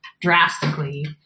drastically